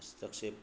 हस्तक्षेप